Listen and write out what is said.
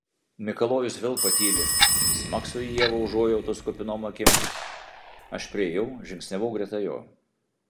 mikalojus vėl patyli smakso į ievą užuojautos kupinom akim aš priėjau žingsniavau greta jo